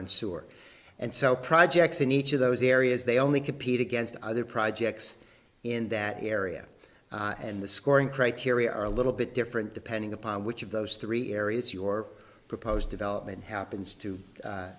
and sewer and so projects in each of those areas they only compete against other projects in that area and the scoring criteria are a little bit different depending upon which of those three areas your proposed development happens to